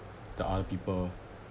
the other people